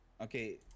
Okay